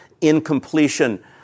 incompletion